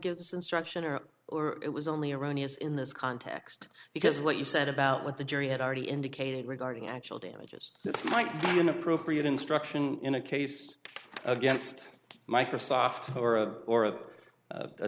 this instruction or or it was only erroneous in this context because what you said about what the jury had already indicated regarding actual damages this might be an appropriate instruction in a case against microsoft or